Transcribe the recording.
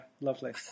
lovely